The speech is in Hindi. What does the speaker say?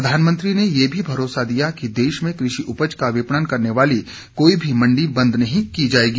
प्रधानमंत्री ने ये भी भरोसा दिया कि देश में कृषि उपज का विपणण करने वाली कोई भी मंडी बंद नहीं की जाएगी